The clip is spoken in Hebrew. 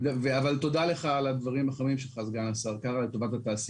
אבל תודה לך על הדברים החמים שלך סגן השר קארה לטובת התעשייה.